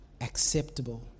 acceptable